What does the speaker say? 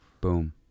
Boom